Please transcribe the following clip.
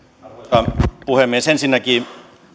arvoisa puhemies ensinnäkin